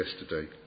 yesterday